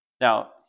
Now